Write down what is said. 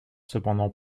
cependant